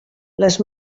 les